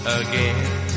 again